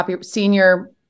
senior